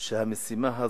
שהמשימה הזאת,